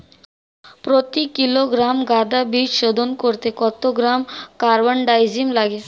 প্রতি কিলোগ্রাম গাঁদা বীজ শোধন করতে কত গ্রাম কারবানডাজিম লাগে?